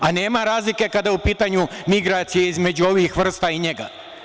A nema razlike kada je u pitanju migracija između ovih vrsta i njega.